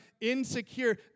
insecure